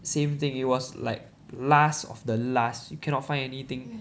same thing it was like last of the last you cannot find anything